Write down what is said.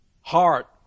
heart